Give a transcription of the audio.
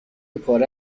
پاره